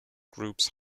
groups